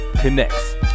Connects